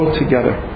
together